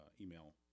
email